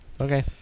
Okay